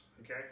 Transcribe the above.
Okay